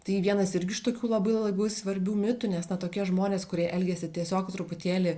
tai vienas irgi iš tokių labai labai svarbių mitų nes na tokie žmonės kurie elgiasi tiesiog truputėlį